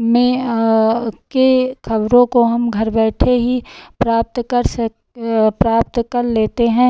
में की खबरों को हम घर बैठे ही प्राप्त कर सक प्राप्त कर लेते हैं